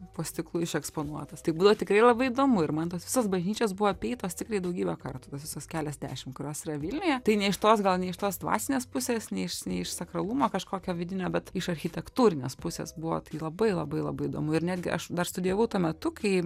po stiklu išeksponuotas tai būdavo tikrai labai įdomu ir man tos visos bažnyčios buvo apeitos tikrai daugybę kartų tos visos keliasdešim kurios yra vilniuje tai ne iš tos gal ne iš tos dvasinės pusės ne iš ne iš sakralumo kažkokio vidinio bet iš architektūrinės pusės buvo tai labai labai labai įdomu ir netgi aš dar studijavau tuo metu kai